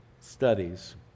studies